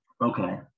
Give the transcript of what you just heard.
Okay